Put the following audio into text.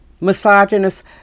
misogynist